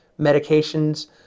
medications